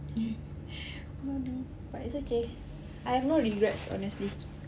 mummy but it's okay I have no regrets honestly